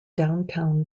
downtown